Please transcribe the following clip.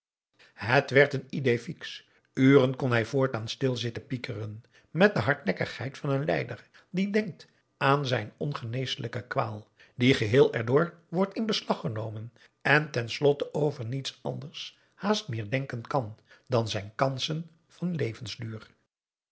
het werd een idée fixe uren kon hij voortaan stil zitten pikiren met de hardnekkigheid van een lijder die denkt aan zijn ongeneeslijke kwaal die geheel erdoor wordt in beslag genomen en ten slotte over niets anders haast meer denken kan dan zijn kansen van levensduur